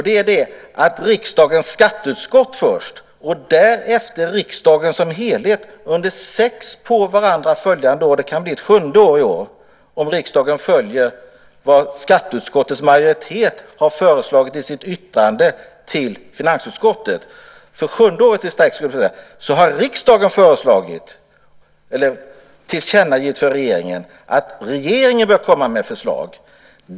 Först har riksdagens skatteutskott föreslagit och därefter riksdagen som helhet under sex på varandra följande år - det kanske blir ett sjunde år om riksdagen följer vad skatteutskottets majoritet har föreslagit i sitt yttrande till finansutskottet - tillkännagivit till regeringen att regeringen bör komma med förslag.